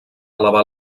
elevar